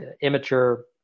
immature